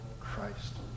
christ